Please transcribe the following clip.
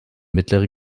mittlere